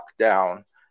lockdown